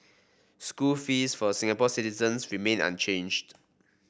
school fees for Singapore citizens remain unchanged